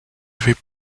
avait